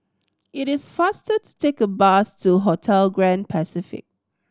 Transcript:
it is faster to take a bus to Hotel Grand Pacific